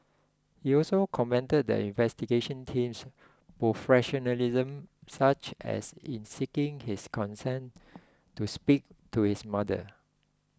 he also commended the investigation team's professionalism such as in seeking his consent to speak to his mother